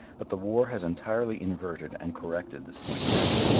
but the war has entirely inverted and corrected this point of view.